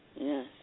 Yes